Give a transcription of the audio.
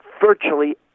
Virtually